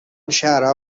شهرها